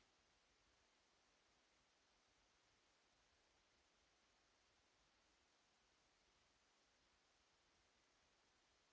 Grazie